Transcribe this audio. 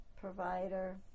provider